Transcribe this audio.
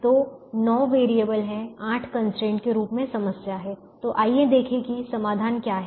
तो 9 वेरिएबल और 8 कंस्ट्रेंट के रूप में समस्या है तो आइए देखें कि समाधान क्या है